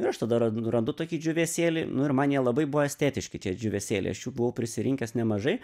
ir aš tada ran randu tokį džiūvėsėlį nu ir man jie labai buvo estetiški tie džiūvėsėliai aš jų buvau prisirinkęs nemažai